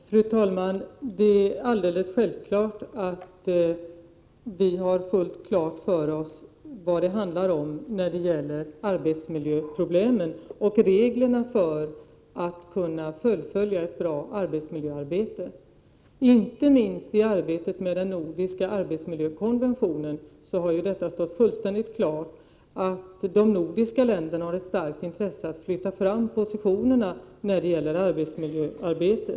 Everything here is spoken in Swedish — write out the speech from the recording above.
Fru talman! Det är självklart att vi i regeringen har fullt klart för oss vad det 16 mars 1989 handlar om när det gäller arbetsmiljöproblemen och reglerna för att kunna fullfölja ett bra arbetsmiljöarbete. Inte minst i arbetet med den nordiska arbetsmiljökonventionen har det stått fullständigt klart att de nordiska länderna har ett starkt intresse av att flytta fram positionerna när det gäller arbetsmiljöarbetet.